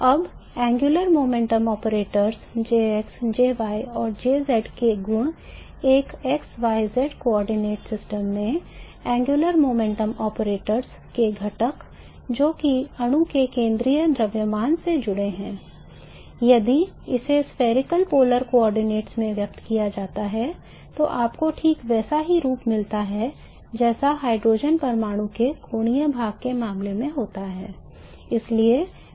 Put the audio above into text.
अगर आपको याद हो वह और कुछ नहीं था